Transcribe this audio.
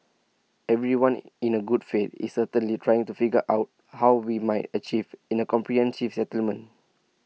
everyone in A good faith is certainly trying to figure out how we might achieve in A comprehensive settlement